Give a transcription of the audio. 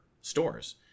stores